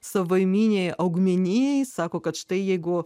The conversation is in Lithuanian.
savaiminei augmenijai sako kad štai jeigu